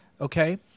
Okay